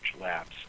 labs